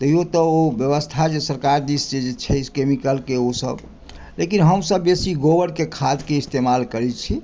तैयो तऽ ओ व्यवस्था जे सरकार दिससँ किछु के मिकलके ओ सभ लेकिन हमसभ बेसी गोबरके खाद्यके इस्तेमाल करै छी